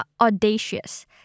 audacious